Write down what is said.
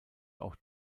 auch